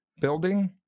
building